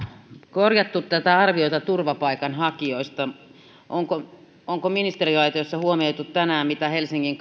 korjattu arviota turvapaikanhakijoista onko onko ministeriaitiossa huomioitu tänään mitä helsingin